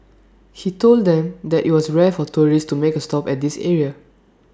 he told them that IT was rare for tourists to make A stop at this area